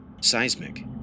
Seismic